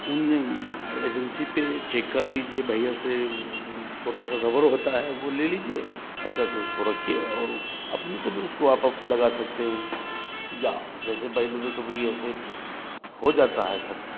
उन एजेंसी पर चेक कर लीजिए भइया से वो एक छोटा सा रबर होता है वह ले लीजिए अच्छा से उसको रखिए और उ अपने से भी उसको आप लगा सकते हैं या जैसे बाय द वे कभी ऐसे हो जाता है घटना